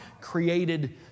created